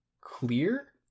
clear